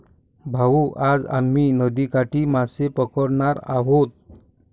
भाऊ, आज आम्ही नदीकाठी मासे पकडणार आहोत